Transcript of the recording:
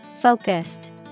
Focused